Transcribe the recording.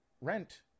rent